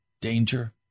danger